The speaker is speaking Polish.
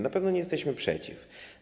Na pewno nie jesteśmy przeciw.